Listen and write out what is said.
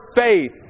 faith